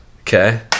Okay